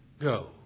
go